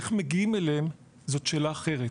איך מגיעים אליהן זו שאלה אחרת,